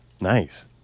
Nice